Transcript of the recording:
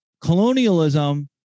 colonialism